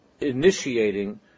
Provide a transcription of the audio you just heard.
initiating